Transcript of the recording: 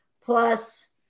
plus